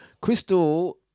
Crystal